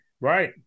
Right